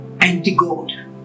anti-God